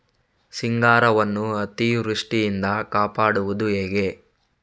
ಸಿಂಗಾರವನ್ನು ಅತೀವೃಷ್ಟಿಯಿಂದ ಕಾಪಾಡುವುದು ಹೇಗೆ?